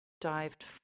dived